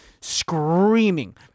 screaming